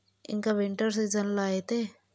ఇంకా వింటర్ సీజన్లో అయితే